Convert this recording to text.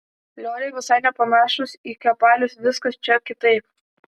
lioliai visai nepanašūs į kepalius viskas čia kitaip